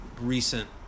recent